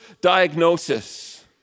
diagnosis